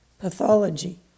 pathology